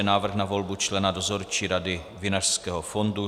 Návrh na volbu člena Dozorčí rady Vinařského fondu